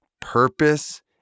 purpose